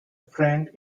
friend